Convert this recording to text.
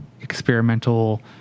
experimental